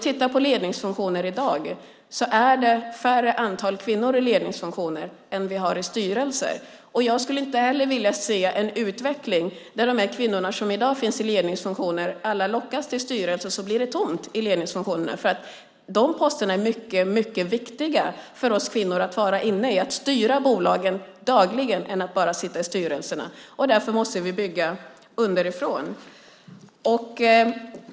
Tittar vi på ledningsfunktioner i dag är det färre kvinnor i ledningsfunktioner än i styrelser. Jag vill inte se en utveckling där de kvinnor som i dag finns i ledningsfunktioner lockas till styrelserna och lämnar ledningsfunktionerna. Dessa poster är mycket viktiga för oss kvinnor. Det är viktigare att styra bolagen dagligen än att bara sitta i styrelser. Därför måste vi bygga underifrån.